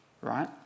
Right